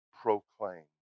proclaim